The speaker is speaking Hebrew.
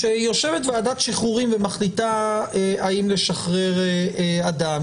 כשיושבת ועדת שחרורים ומחליטה האם לשחרר אדם,